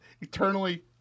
eternally